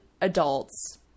adults